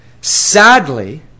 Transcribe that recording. Sadly